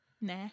Nah